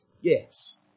Yes